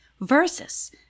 versus